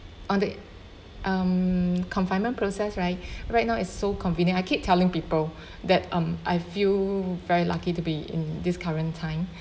on the um confinement process right right now it's so convenient I keep telling people that um I feel very lucky to be in this current time